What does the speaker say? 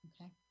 Okay